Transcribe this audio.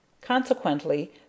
consequently